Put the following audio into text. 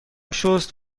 شست